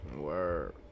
word